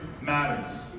matters